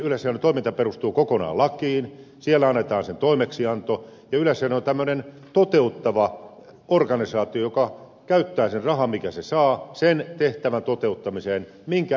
yleisradion toiminta perustuu kokonaan lakiin siellä annetaan sen toimeksianto ja yleisradio on tämmöinen toteuttava organisaatio joka käyttää sen rahan minkä se saa sen tehtävän toteuttamiseen minkä eduskunta laissa antaa